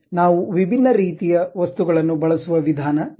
ನಾವು ವಿಭಿನ್ನ ರೀತಿಯ ವಸ್ತುಗಳನ್ನು ಬಳಸುವ ವಿಧಾನ ಇದು